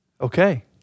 Okay